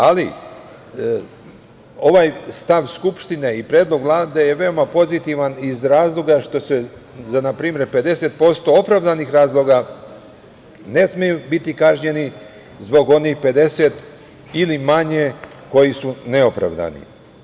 Ali, ovaj stav Skupštine i predlog Vlade je veoma pozitivan iz razloga što se za npr. 50% opravdanih razloga ne smeju kazniti zbog onih 50% ili manje, koji su neopravdani.